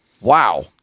Wow